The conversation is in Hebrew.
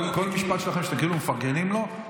בכל משפט שלכם שאתם כאילו מפרגנים לו,